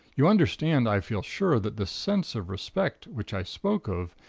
you understand, i feel sure, that the sense of respect, which i spoke of,